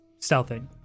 stealthing